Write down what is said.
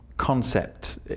concept